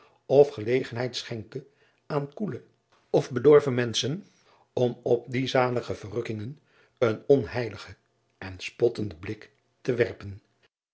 of gelegenheid schenke aan koele of bedorven menschen om op die zalige verrukkingen een onheiligen en spottenden blik te werpen